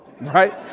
right